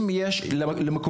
אם יש מקומות,